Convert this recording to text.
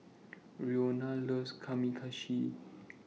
Roena loves Kamameshi